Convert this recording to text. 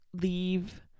leave